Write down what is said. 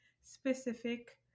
specific